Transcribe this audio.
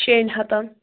شیٚنۍ ہتَن